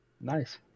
Nice